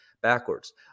backwards